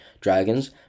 Dragons